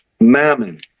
mammon